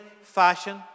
fashion